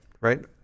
right